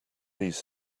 these